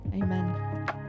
amen